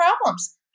problems